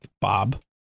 Bob